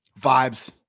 Vibes